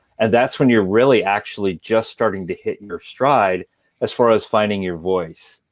and that's when you're really actually just starting to hit your stride as far as finding your voice.